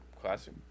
Classic